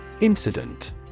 Incident